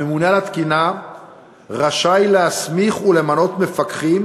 הממונה על התקינה רשאי להסמיך ולמנות מפקחים